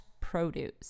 produce